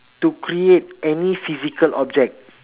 to create any physical object